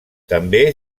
també